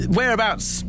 Whereabouts